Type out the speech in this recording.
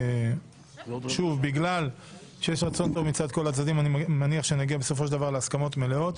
מעריך שבגלל שיש רצון טוב מצד כל הצדדים נגיע להסכמות מלאות.